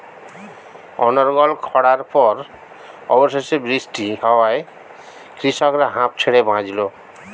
অনর্গল খড়ার পর অবশেষে বৃষ্টি হওয়ায় কৃষকরা হাঁফ ছেড়ে বাঁচল